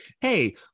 hey